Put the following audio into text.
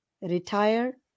retire